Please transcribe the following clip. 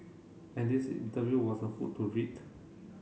and this interview was a hoot to read